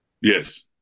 Yes